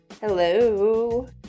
Hello